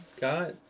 got